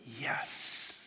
Yes